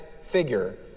figure